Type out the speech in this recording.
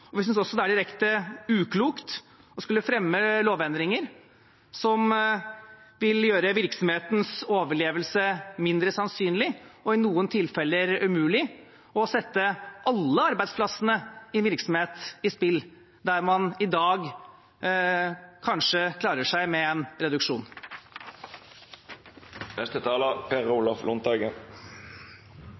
lovverk. Vi synes også det er direkte uklokt å skulle fremme forslag om lovendringer som ville gjøre virksomhetenes overlevelse mindre sannsynlig og i noen tilfeller umulig, og som ville sette alle arbeidsplassene i en virksomhet i spill, der man i dag kanskje klarer seg med en reduksjon.